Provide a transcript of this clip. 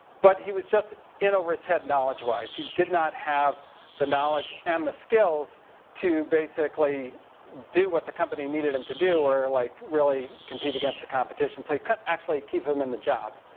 but he was just in over his head knowledge wise. he did not have the knowledge and the skills to basically do what the company needed him to do or, like, really compete against the competition, so he couldn't actually keep him in the job.